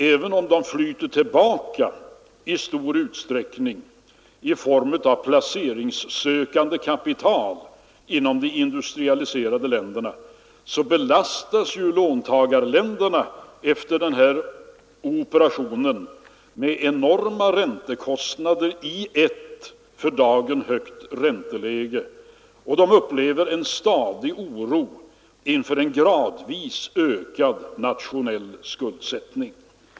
Även om dessa pengar också i stor utsträckning flyter tillbaka till de industrialiserade länderna i form av placeringssökande kapital, belastas låntagarländerna efter denna operation med enorma räntekostnader i ett för dagen högt ränteläge. De upplever en ständig oro för en gradvis ökad nationell skuldsättning.